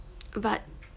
but